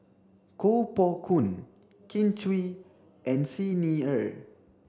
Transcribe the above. Koh Poh Koon Kin Chui and Xi Ni Er